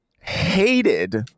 hated